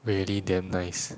really damn nice